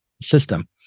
system